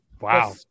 wow